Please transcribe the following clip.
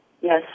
Yes